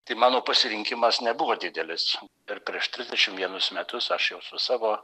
tai mano pasirinkimas nebuvo didelis ir prieš trisdešimt vienu metus aš jau su savo